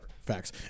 facts